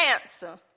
answer